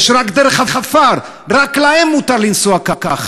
יש רק דרך עפר, רק להם מותר לנסוע ככה.